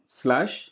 slash